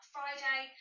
Friday